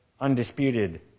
undisputed